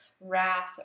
wrath